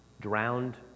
drowned